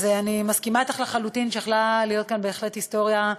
אז אני מסכימה אתך לחלוטין שיכלה להיות כאן בהחלט היסטוריה,